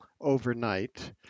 overnight